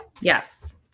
Yes